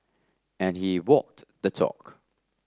and he walked the talk